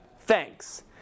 thanks